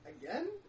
Again